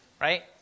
right